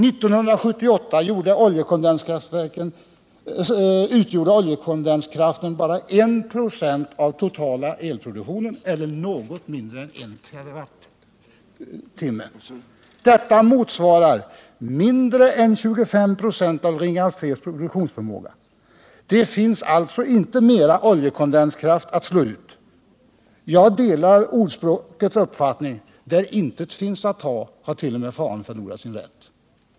1978 utgjorde oljekondenskraften bara I ”» av den totala elproduktionen eller något mindre än I TWh. Detta motsvarar mindre än 25 96 av Ringhals 3:s produktionsförmåga. Det finns alltså inte mera oljekondenskraft att slå ut. Jag delar ordspråkets uppfattning: Där intet finns att ta, har t.o.m. f-n förlorat sin rätt.